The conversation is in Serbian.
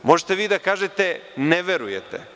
Možete vi da kažete - ne verujete.